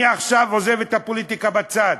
אני עכשיו עוזב את הפוליטיקה בצד,